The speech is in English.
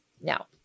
Now